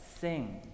sing